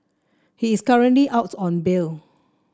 he is currently out on bail